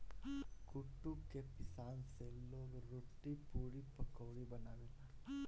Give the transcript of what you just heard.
कुटू के पिसान से लोग रोटी, पुड़ी, पकउड़ी बनावेला